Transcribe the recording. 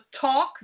talk